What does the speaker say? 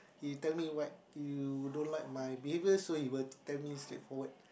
he tell me what you don't like my behavior so he will tell me straightforward